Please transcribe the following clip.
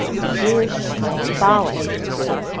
the jewish cabalist group,